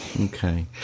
Okay